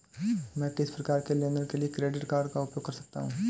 मैं किस प्रकार के लेनदेन के लिए क्रेडिट कार्ड का उपयोग कर सकता हूं?